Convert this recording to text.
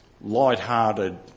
light-hearted